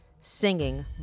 singing